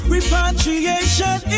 Repatriation